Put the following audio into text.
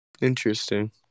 Interesting